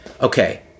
Okay